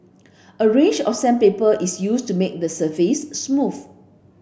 a range of sandpaper is used to make the surface smooth